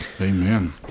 Amen